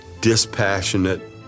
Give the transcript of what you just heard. dispassionate